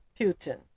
putin